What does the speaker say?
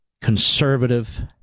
conservative